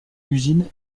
usine